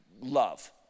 love